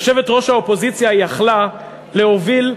יושבת-ראש האופוזיציה יכלה להוביל,